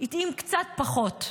התאים קצת פחות.